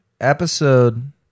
Episode